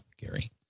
Gary